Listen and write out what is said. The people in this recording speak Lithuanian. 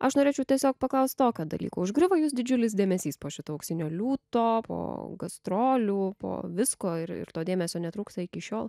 aš norėčiau tiesiog paklaust tokio dalyko užgriuvo jus didžiulis dėmesys po šito auksinio liūto po gastrolių po visko ir ir to dėmesio netrūksta iki šiol